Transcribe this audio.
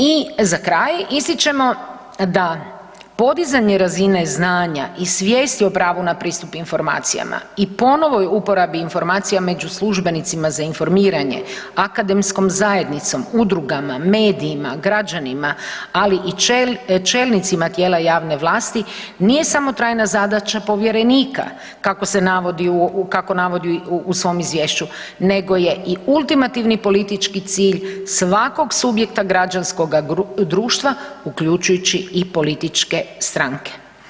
I za kraj, ističemo da podizanje razine znanja i svijesti o pravu na pristup informacijama i ponovoj uporabi informacijama među službenicima za informiranje, akademskom zajednicom, udrugama, medijima, građanima, ali i čelnicima tijela javne vlasti nije samo trajna zadaća povjerenika kako navodi u svom izvješću nego je i ultimativni politički cilj svakog subjekta građanskoga društva, uključujući i političke stranke.